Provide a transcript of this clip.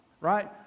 right